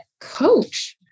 coach